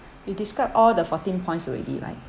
we describe all the fourteen points already right